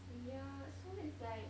yeah so it's like